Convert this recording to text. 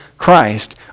Christ